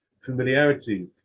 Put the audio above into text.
familiarity